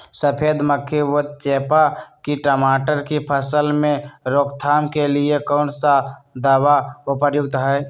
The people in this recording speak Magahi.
सफेद मक्खी व चेपा की टमाटर की फसल में रोकथाम के लिए कौन सा दवा उपयुक्त है?